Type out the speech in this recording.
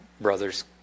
brothers